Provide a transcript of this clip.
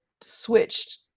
switched